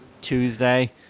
tuesday